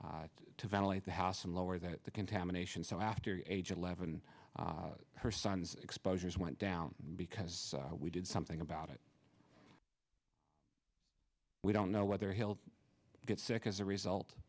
to ventilate the house and lower that the contamination so after age eleven her son's exposures went down because we did something about it we don't know whether he'll get sick as a result